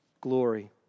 glory